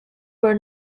were